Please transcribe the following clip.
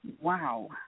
Wow